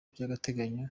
by’agateganyo